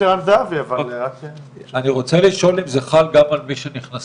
אני רוצה לשאול אם זה חל גם על נכנסים